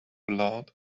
aloud